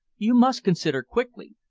you must consider quickly,